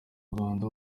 rwanda